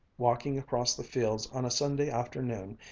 walking across the fields on a sunday afternoon,